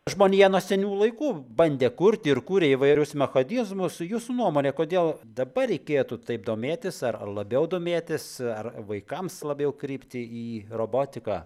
žmonija nuo seniausių laikų bandė kurti ir kūrė įvairius mechanizmus su jūsų nuomone kodėl dabar reikėtų taip domėtis ar labiau domėtis ar vaikams labiau krypti į robotiką